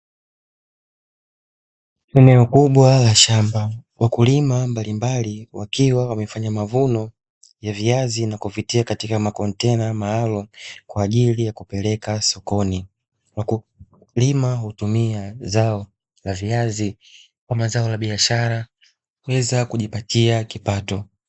Eneo kubwa la shamba. Wakulima mbalimbali wakiwa wamefanya mavuno ya viazi na kuvitia katika makontena maalumu kwaajili ya kupeleka sokoni. Wakulima hutumia zao la viazi kama zao la biashara kuweza kujipatia kipato.